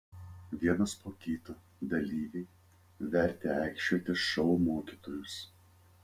vienas po kito dalyviai vertė aikčioti šou mokytojus